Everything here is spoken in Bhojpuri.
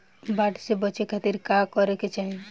बाढ़ से बचे खातिर का करे के चाहीं?